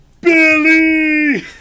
Billy